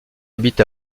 habitent